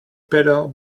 pedal